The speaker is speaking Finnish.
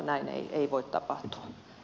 näin ei voi tapahtua